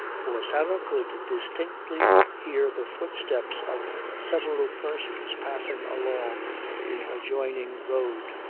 for sarah could distinctly hear the footsteps of several persons passing along the adjoining road,